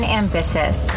ambitious